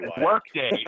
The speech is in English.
workday